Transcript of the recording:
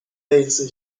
类似